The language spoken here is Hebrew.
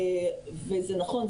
וזה נכון,